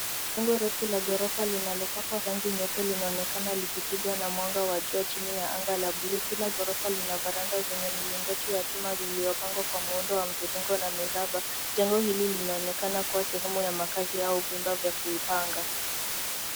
Jengo refu la ghorofa linalopakwa rangi nyeupe linaonekana likipigwa mwangaza wa jua lililo chini ya anga la bluu. Kila ghorofa lina farada lenye milingoti ya chuma zilizopangawa kwa muundo wa mviringo na miraba. Jengo hili linaonekana kuwa sehemu ya makazi au vyumba vya kupanga.